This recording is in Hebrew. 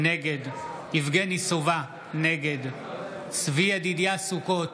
נגד יבגני סובה, נגד צבי ידידיה סוכות,